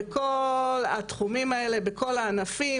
בכל זאת,